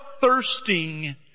thirsting